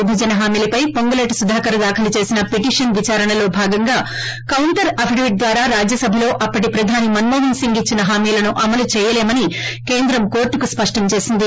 విభజన హామీలపై పొంగులేటి సుధాకర్ దాఖలుచేసిన పిటీషన్ విచారణలో భాగంగా కౌంటర్ అఫిడవిట్ ద్వారా రాజ్యసభలో అప్పటి ప్రధాని మన్మోహన్ సింగ్ ఇచ్చిన హామీలను అమలు చేయలేమని కేంద్రం కోర్టుకు స్పష్టం చేసింది